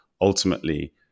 ultimately